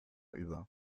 über